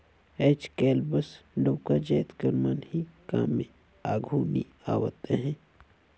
आएज काएल बस डउका जाएत कर मन ही काम में आघु नी आवत अहें